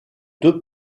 deux